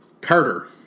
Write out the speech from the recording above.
Carter